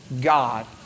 God